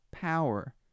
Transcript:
power